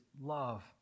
love